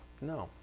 No